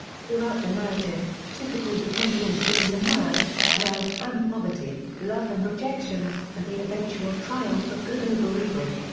throughout the narrative, typical dickensian themes emerge wealth and poverty, love and rejection, and the eventual triumph of good over evil.